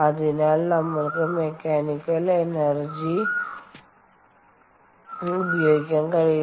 അതിനാൽ നമ്മൾക്ക് mechanical energy ഉപയോഗിക്കാൻ കഴിയില്ല